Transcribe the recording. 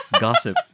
Gossip